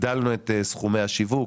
הגדלנו את סכומי השיווק.